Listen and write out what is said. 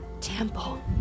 temple